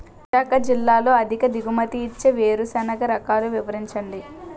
విశాఖ జిల్లాలో అధిక దిగుమతి ఇచ్చే వేరుసెనగ రకాలు వివరించండి?